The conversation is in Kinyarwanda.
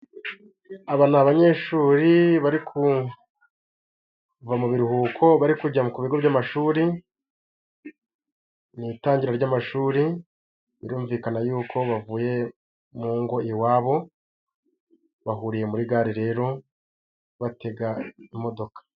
Aba ni abanyeshuri barikuva mu biruhuko. Bari kujya ku bigo by'amashuri ni itangira ry'amashuri. Birumvikana yuko bavuye mu ngo iwabo bahuriye muri gare rero batega imodoka.